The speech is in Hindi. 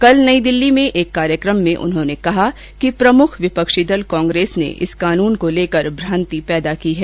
कल नई दिल्ली में एक कार्यक्रम में उन्होंने कहा कि विपक्षी दल कांग्रेस ने इस कानून को लेकर लोगों में भ्रांति पैदा कर दी है